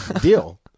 Deal